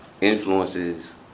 Influences